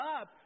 up